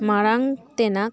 ᱢᱟᱲᱟᱝ ᱛᱮᱱᱟᱜ